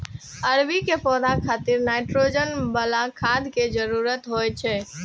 अरबी के पौधा खातिर नाइट्रोजन बला खाद के जरूरत होइ छै